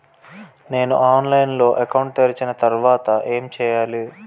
నేను ఆన్లైన్ లో అకౌంట్ తెరిచిన తర్వాత ఏం చేయాలి?